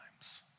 times